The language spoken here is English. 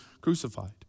crucified